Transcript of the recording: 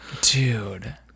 Dude